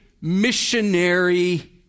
missionary